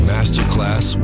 Masterclass